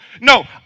no